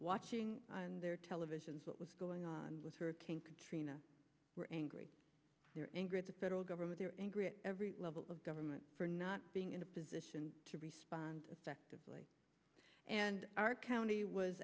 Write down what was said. watching their televisions what was going on with hurricane katrina were angry they're angry at the federal government they're angry at every level of government for not being in a position to respond actively and our county was